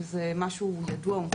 שזה משהו גדול.